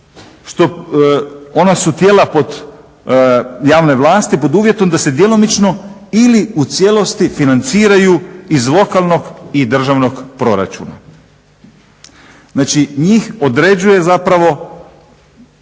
ona su tijela pod, javne vlasti pod uvjetom da se djelomično ili u cijelosti financiraju iz lokalnog i državnog proračuna. Znači njih određuje zapravo